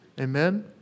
Amen